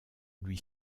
lui